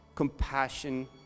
compassion